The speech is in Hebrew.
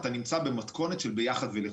אתה נמצא במתכונת של ביחד ולחוד.